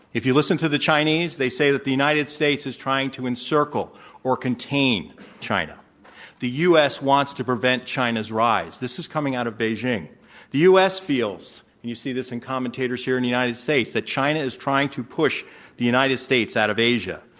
if you listen to the chinese, they say that the united states is trying to encircle or contain china the u. s. wants to prevent china's rise this is coming out of beijing the u. s. feels and you see this in commentators here in the united states that china is trying to push the united states out of asia,